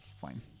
Fine